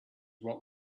what